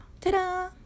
Ta-da